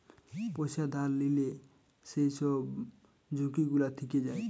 পয়সা ধার লিলে যেই সব ঝুঁকি গুলা থিকে যায়